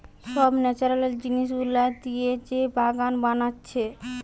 সব ন্যাচারাল জিনিস গুলা দিয়ে যে বাগান বানাচ্ছে